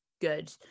good